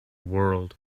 world